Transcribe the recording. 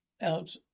out